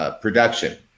production